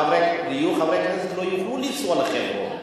יהיו חברי כנסת שלא יוכלו לנסוע לחברון.